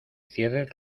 cierres